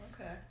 Okay